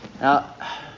Now